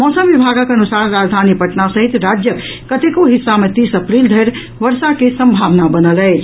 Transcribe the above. मौसम विभागक अनुसार राजधानी पटना सहित राज्यक कतेको हिस्सा मे तीस अप्रील धरि वर्षा के सम्भावना बनल अछि